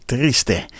Triste